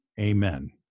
Amen